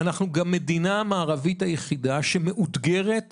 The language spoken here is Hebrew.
אנחנו גם המדינה המערבית היחידה שמאותגרת